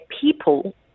people